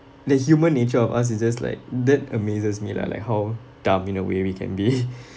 that human nature of us is just like that amazes me lah like how dumb in a way we can be